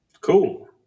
Cool